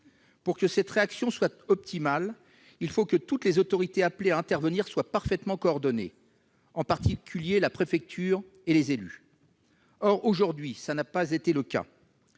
Pour que cette réaction soit optimale, il faut que toutes les autorités appelées à intervenir soient parfaitement coordonnées, en particulier la préfecture et les élus. Or tel n'est pas le cas.